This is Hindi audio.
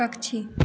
पक्षी